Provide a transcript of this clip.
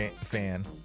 fan